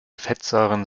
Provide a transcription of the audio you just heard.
fettsäuren